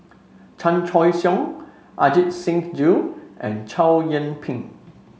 Chan Choy Siong Ajit Singh Gill and Chow Yian Ping